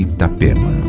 Itapema